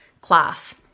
class